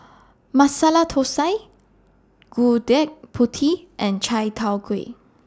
Masala Thosai Gudeg Putih and Chai Tow Kway